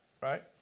right